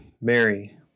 Mary